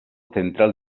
central